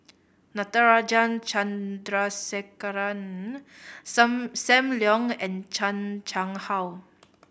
Natarajan Chandrasekaran Sam Leong and Chan Chang How